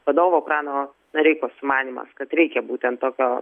vadovo prano noreikos manymas kad reikia būtent tokio